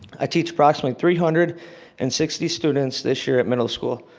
i teach approximately three hundred and sixty students this year at middle school.